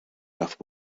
رفت